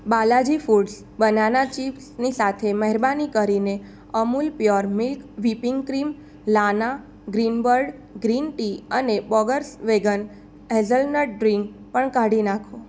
Balaji foods banana ચિપ્સની સાથે મહેરબાની કરીને Amul pure milk whipping cream લાના ગ્રીનબર્ડ ગ્રીન ટી અને બોર્ગસ વેગન હેઝલનટ ડ્રીંક પણ કાઢી નાખો